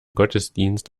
gottesdienst